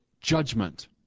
judgment